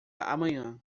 amanhã